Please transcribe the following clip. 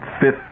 Fifth